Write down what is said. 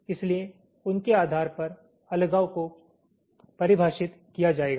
इसलिए उनके आधार पर अलगाव को परिभाषित किया जाएगा